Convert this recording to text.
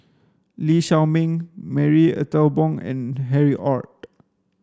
Lee Shao Meng Marie Ethel Bong and Harry Ord